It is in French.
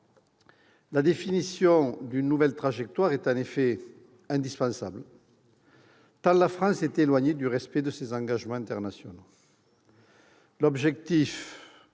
La définition d'une nouvelle trajectoire est en effet indispensable, tant la France est éloignée du respect de ses engagements internationaux. L'objectif,